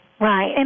Right